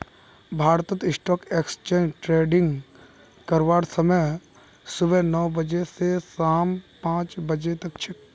भारतत stock exchange trading करवार समय सुबह नौ बजे स शाम पांच बजे तक छेक